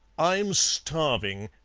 i'm starving,